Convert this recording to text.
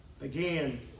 Again